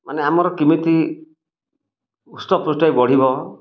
ମାନେ ଆମର କେମିତି ହୃଷ୍ଟପୃଷ୍ଟ ହେଇ ବଢ଼ିବ